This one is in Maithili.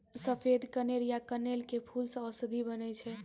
सफेद कनेर या कनेल के फूल सॅ औषधि बनै छै